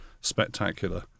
spectacular